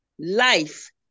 life